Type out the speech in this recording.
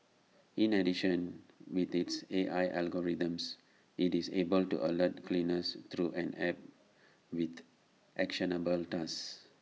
in addition with its A I algorithms IT is able to alert cleaners through an app with actionable tasks